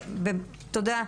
אז תודה.